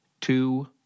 two